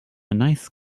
nice